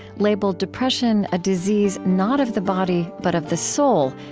labeled depression a disease not of the body but of the soul,